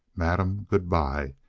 madam, good-by.